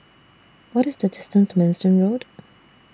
What IS The distance to Manston Road